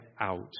out